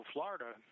Florida